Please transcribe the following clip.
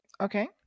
Okay